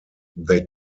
they